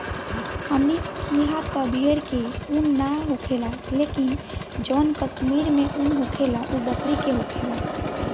हमनी किहा त भेड़ के उन ना होखेला लेकिन जवन कश्मीर में उन होखेला उ बकरी के होखेला